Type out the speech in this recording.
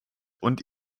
und